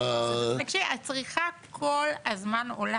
הצריכה כל הזמן עולה.